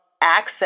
access